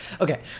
Okay